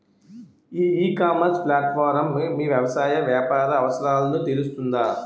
ఈ e-commerce platform మీ వ్యవసాయ వ్యాపార అవసరాలను తీరుస్తుందా?